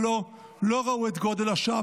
אבל לא, לא ראו את גודל השעה.